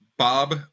Bob